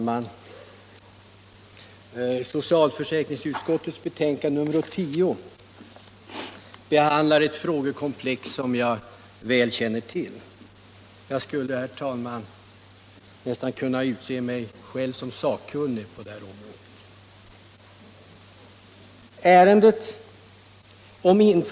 Herr talman! Detta utskottsbetänkande behandlar ett frågekomplex, som jag väl känner till. Jag skulle nästan kunna utse mig själv till sakkunnig på detta område.